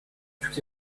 tout